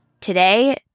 Today